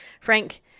Frank